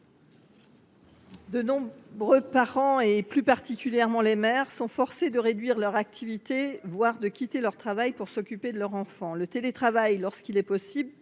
De nombreux parents, et plus particulièrement les mères, sont forcés de réduire leur activité, voire de quitter leur travail, pour s’occuper de leur enfant. Le télétravail, lorsqu’il est possible,